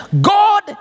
God